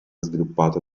sviluppato